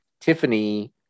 Tiffany